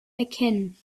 erkennen